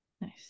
Nice